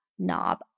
knob